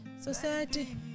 Society